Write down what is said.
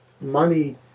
Money